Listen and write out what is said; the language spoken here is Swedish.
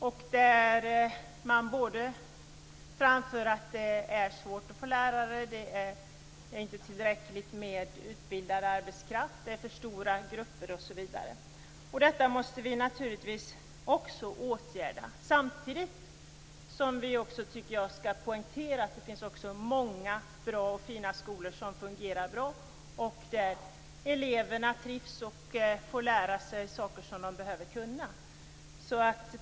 Det är svårt att få tag på lärare, det finns inte tillräckligt med utbildad arbetskraft, grupperna är för stora osv. Detta måste naturligtvis åtgärdas. Samtidigt vill jag poängtera att det finns många bra och fina skolor som fungerar där eleverna trivs och får lära sig saker.